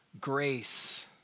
grace